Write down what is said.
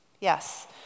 Yes